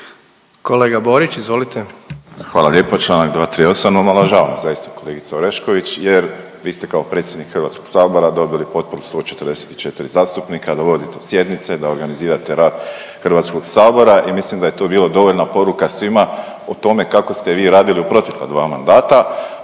**Borić, Josip (HDZ)** Hvala lijepa. Članak 238. omalovažava nas zaista kolegica Orešković, jer vi ste kao predsjednik Hrvatskog sabora dobili potporu 144 zastupnika da vodite sjednice, da organizirate rad Hrvatskog sabora. I mislim da je to bila dovoljna poruka svima o tome kako ste vi radili u protekla dva mandata.